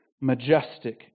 majestic